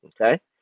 okay